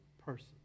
person